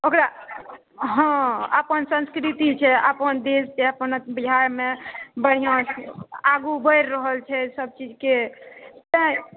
ओकरा हँ अपन संस्कृति छै अपन देशके अपन बिहारमे बढ़िआँ छै आगू बढ़ि रहल छै सभचीजके तैँ